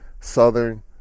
Southern